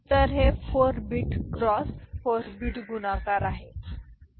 तर हे 4 bit cross 4 bit गुणाकार आहे